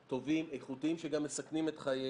טובים, איכותיים שגם מסכנים את חייהם.